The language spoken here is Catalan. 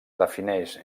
defineix